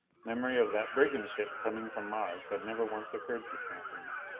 memory of that brigand ship coming from mars had never once occurred to snap and me!